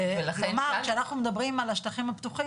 כלומר כשאנחנו מדברים על השטחים הפתוחים,